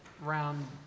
round